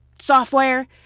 software